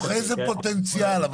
מתוך איזה פוטנציאל אבל?